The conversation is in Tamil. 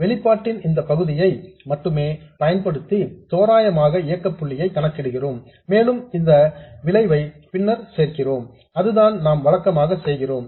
வெளிப்பாட்டின் இந்த பகுதியை மட்டுமே பயன்படுத்தி தோராயமாக இயக்கப் புள்ளியை கணக்கிடுகிறோம் மேலும் இதன் எந்த விளைவையும் பின்னர் சேர்க்கிறோம் அதைத்தான் நாம் வழக்கமாக செய்கிறோம்